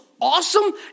awesome